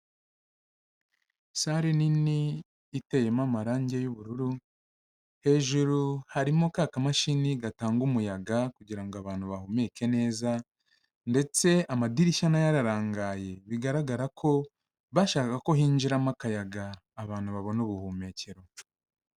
Sale nini iteyemo amarange y'ubururu, hejuru harimo ka kamashini gatanga umuyaga kugira ngo abantu bahumeke neza ndetse amadirishya na yo ararangaye bigaragara ko bashakaga ko hinjiramo akayaga abantu babone ubuhumekero.